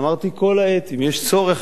אמרתי כל העת: אם יש צורך,